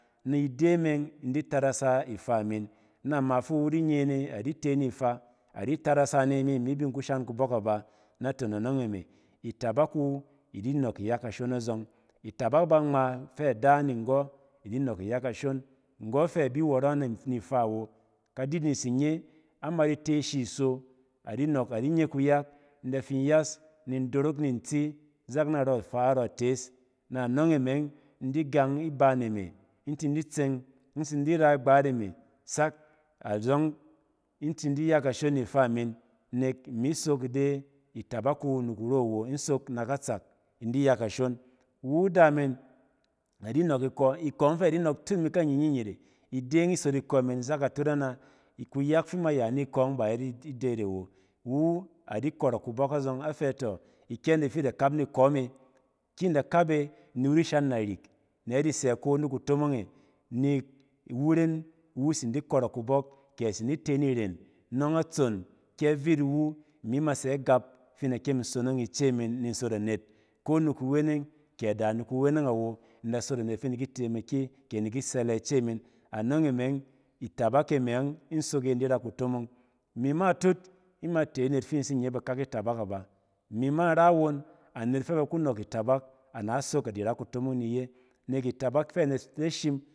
Ni ide meng in di tarasa ifaa min. Na ma fi iwudi nye ne, adi te ni ifaa, adi tarasa ne imi bi in ku shan kubↄk aba naton anↄng. e me itabak wu di nↄↄk iya kashon a zↄng. Itabak ba ngma ifɛ ada ni nggↄ idi nↄk iye kashon. Nggↄɛ fɛ ibi wↄrↄ ni ifaa awo. Kadiding tsin nye, ama di te ashi iso, adi nↄk adi nye kuyak in da fin yas ni in dorok ni ntsi narↄ ifaa arↄ itees. Na nↄng e me yↄng in di gang iban e me in tin di tseng in tsin di ra igbat e me sak azↄng in tin di ya kashon ni ifaa min nek imi sok ide itabak wu ni kuro wo, in sok na katsak in di ya kashon. Iwu ada min, adi nↄk ikↄ, kↄↄng fɛ adi nↄk tun imi kanyinyit e, ide ↄng isot ikↄ min sak aatut ana. Kuyak fi ama ya ni kↄↄng ba iyet idet e wo. Iwu adi kↄrↄk kubↄk azↄng a fɛ tↄ ikyɛng de fi da kap ni kↄ me. Ki in da kap e, ni iwu di shan narik, nɛ adi sɛ ko ni kutomong e. Nek iwu ren iwu tsin di kↄrↄk kubↄk kɛ atsin di te ni ren nↄng atsom, kɛ vit iwu, imi mi sɛ agap fi in da kyem in sonong ice min ni in sot anet ko ni kuweneng kɛ da ni kuweneng awo in da sot a net fi in di ki temake kɛ ini di ki sɛlɛ ice min. Anↄng e me ↄng, itabak e me ↄng in sok iye in di ra kutomong. Imi ma atut ima te anet fi in tsin nye bakak itabak aba. Imi ma in ra awon, anet fɛ b aka nↄk itabak ana sok adi ra kutomong ni iye nek itabak fɛ anet da shim